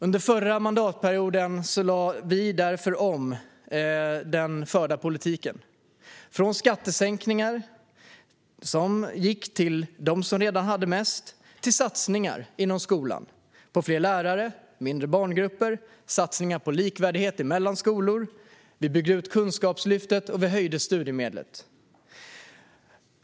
Under den förra mandatperioden lade vi därför om den förda politiken, från skattesänkningar till dem som redan hade mycket till satsningar på fler lärare och mindre barngrupper i skolan och på likvärdighet mellan skolor. Vi byggde ut Kunskapslyftet och höjde studiemedlen.